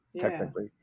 technically